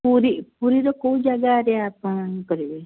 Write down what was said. ପୁରୀ ପୁରୀର କେଉଁ ଜାଗା ଆପଣ କରିବେ